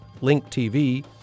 linktv